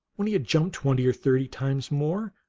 when he had jumped twenty or thirty times more,